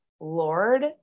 Lord